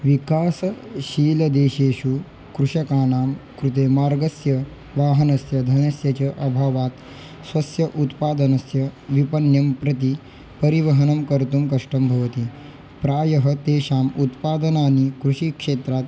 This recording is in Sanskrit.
विकासशील देशेषु कृषकाणां कृते मार्गस्य वाहनस्य धनस्य च अभावात् स्वस्य उत्पादनस्य व्युत्पन्नं प्रति परिवहनं कर्तुं कष्टं भवति प्रायः तेषाम् उत्पादनानि कृषिक्षेत्रात्